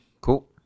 Cool